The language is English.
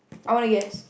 I want to guess